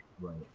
Right